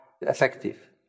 effective